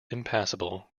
impassable